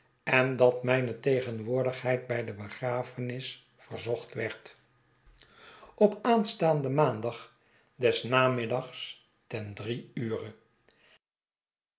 en dat mijne tegenwoordigheid bij de begrafenis verzocht werd op aanstaanden maandag des namiddags ten drie ure